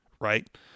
right